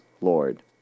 Lord